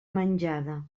menjada